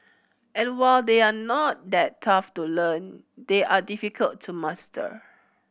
and while they are not that tough to learn they are difficult to master